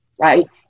right